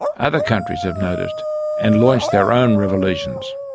other countries have noticed and launched their own revolutions.